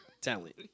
talent